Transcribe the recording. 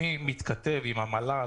תודה על הדיון ולכולכם על ההזדמנות.